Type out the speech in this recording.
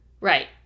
Right